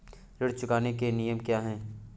ऋण चुकाने के नियम क्या हैं?